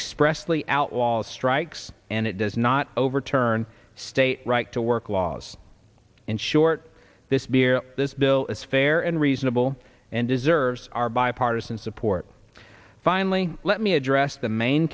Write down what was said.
expressly out wall strikes and it does not overturn state right to work laws in short this beer this bill is fair and reasonable and deserves our bipartisan support finally let me address the main